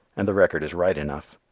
and the record is right enough.